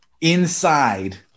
inside